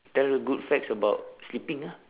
tell good facts about sleeping ah